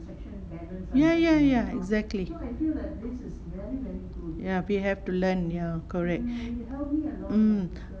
ya ya ya exactly ya we have to learn ya correct mm